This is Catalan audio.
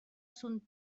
son